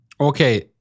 Okay